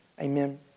Amen